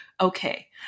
Okay